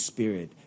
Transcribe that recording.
Spirit